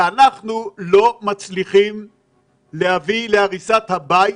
ואנחנו לא מצליחים להביא להריסת הבית,